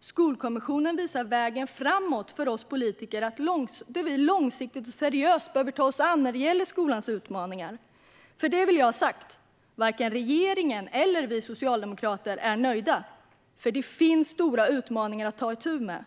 Skolkommissionen visar vägen framåt för oss politiker att långsiktigt och seriöst ta oss an skolans utmaningar, för detta vill jag ha sagt: Varken regeringen eller vi socialdemokrater är nöjda, för det finns stora utmaningar att ta itu med.